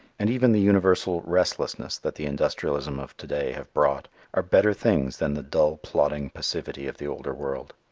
and even the universal restlessness that the industrialism of to-day have brought are better things than the dull plodding passivity of the older world.